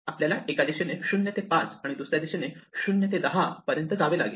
आपल्याला एका दिशेने 0 ते 5 आणि दुसऱ्या दिशेने 0 ते 10 पर्यंत जावे लागेल